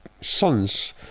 sons